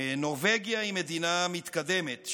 נורבגיה היא מדינה מתקדמת,